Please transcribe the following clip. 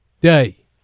day